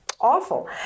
awful